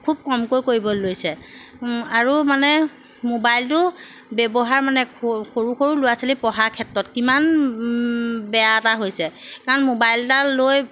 খুব কমকৈ কৰিব লৈছে আৰু মানে মোবাইলটো ব্যৱহাৰ মানে সৰু সৰু ল'ৰা ছোৱালী পঢ়াৰ ক্ষেত্ৰত কিমান বেয়া এটা হৈছে কাৰণ মোবাইল এটা লৈ